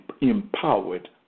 empowered